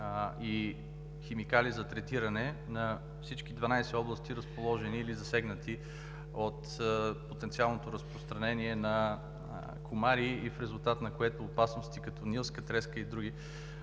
и химикали за третиране на всички 12 области, разположени или засегнати от потенциалното разпространение на комари, в резултат на което и опасности от нилска треска и други